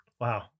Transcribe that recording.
Wow